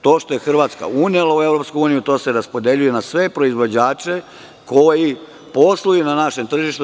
To što je Hrvatska unela u EU, to se raspodeljuje na sve proizvođače koji posluju na našem tržištu.